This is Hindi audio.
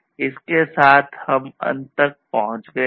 इसके साथ हम अंत तक पहुंच गए हैं